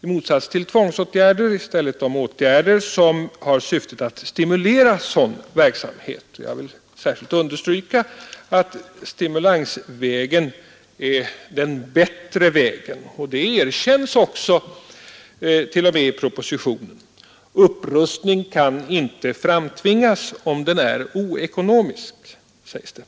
i stället för om tvångsåtgärder tvärtom om åtgärder, som har syftet att stimulera sådan verksamhet. Jag vill särskilt understryka att stimulansvägen är den bättre vägen — och det erkänns t.o.m. i propositionen. Upprustning kan inte framtvingas om den är oekonomisk, sägs det.